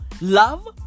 Love